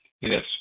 Yes